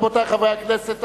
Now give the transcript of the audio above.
רבותי חברי הכנסת,